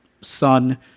son